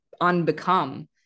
unbecome